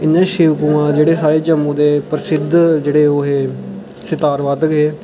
इ'यां शिव कुमार जेह्ड़े साढ़े जम्मू दे प्रसिद्ध जेह्ड़े ओह् ऐ सितारबद्ध ऐ